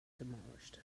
demolished